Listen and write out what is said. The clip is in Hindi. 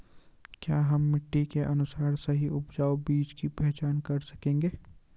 क्या हम मिट्टी के अनुसार सही उपजाऊ बीज की पहचान कर सकेंगे?